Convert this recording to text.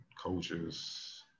coaches